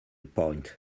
point